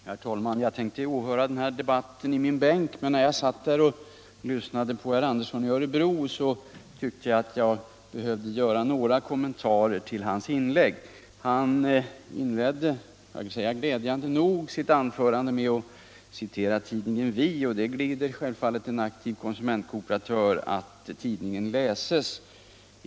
Herr talman! Jag tänkte åhöra den här debatten i min bänk, men när jag satt och lyssnade på herr Andersson i Örebro tyckte jag att jag behövde göra några kommentarer till hans inlägg. Han inledde sitt anförande med att citera tidningen Vi, och det gläder självfallet en aktiv konsumentkooperatör att tidningen läses.